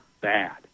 bad